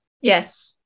yes